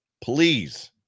please